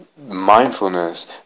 mindfulness